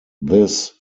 this